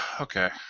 okay